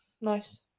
nice